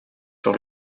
sur